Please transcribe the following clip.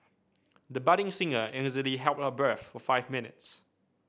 the budding singer easily held her breath for five minutes